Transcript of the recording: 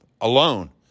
alone